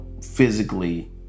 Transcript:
physically